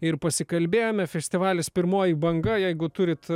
ir pasikalbėjome festivalis pirmoji banga jeigu turit